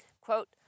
Quote